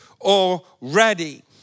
already